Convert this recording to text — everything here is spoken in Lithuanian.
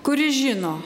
kuris žino